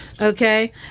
Okay